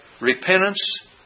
repentance